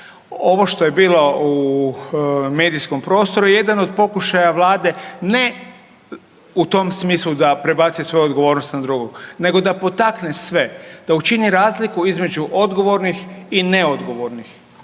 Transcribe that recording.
Ovo što je bilo u medijskom prostoru je jedan od pokušaja vlade ne u tom smislu da prebaci svoju odgovornost na drugog nego da potakne sve, da učini razliku između odgovornih i neodgovornih.